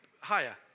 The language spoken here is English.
higher